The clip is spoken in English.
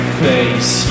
face